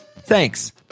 Thanks